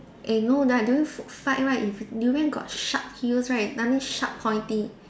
eh no right during food fight right if it's durian got sharp heels right that means sharp pointy